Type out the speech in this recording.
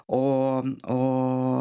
o o